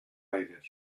aires